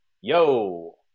Yo